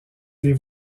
les